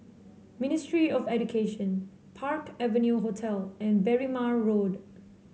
Ministry of Education Park Avenue Hotel and Berrima Road